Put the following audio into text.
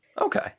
Okay